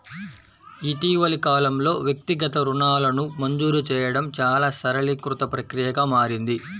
ఇటీవలి కాలంలో, వ్యక్తిగత రుణాలను మంజూరు చేయడం చాలా సరళీకృత ప్రక్రియగా మారింది